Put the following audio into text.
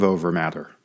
Overmatter